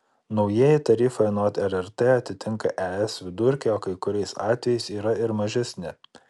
naujieji tarifai anot rrt atitinka es vidurkį o kai kuriais atvejais yra ir mažesni